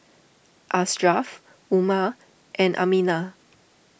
Ashraf Umar and Aminah